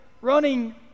running